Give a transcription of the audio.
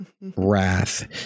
Wrath